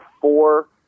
four